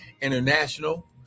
International